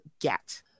get